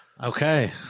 Okay